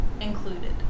included